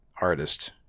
artist